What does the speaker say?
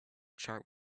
chart